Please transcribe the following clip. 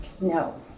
no